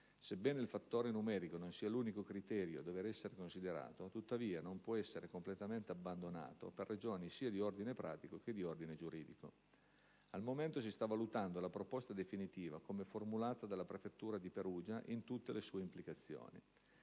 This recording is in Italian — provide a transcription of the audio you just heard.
Sebbene il fattore numerico non sia l'unico criterio a dover essere considerato, tuttavia non può essere completamente abbandonato, per ragioni sia di ordine pratico che di ordine giuridico. Al momento si sta valutando la proposta definitiva come formulata dalla prefettura di Perugia in tutte le sue implicazioni.